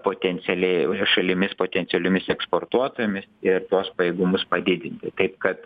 potencialiai šalimis potencialiomis eksportuotojomis ir tuos pajėgumus padidinti kaip kad